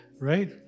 Right